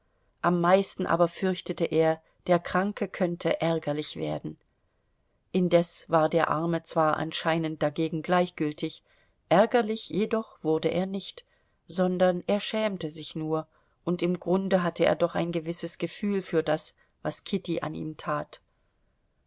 am meisten aber fürchtete er der kranke könnte ärgerlich werden indes war der arme zwar anscheinend dagegen gleichgültig ärgerlich jedoch wurde er nicht sondern er schämte sich nur und im grunde hatte er doch ein gewisses gefühl für das was kitty an ihm tat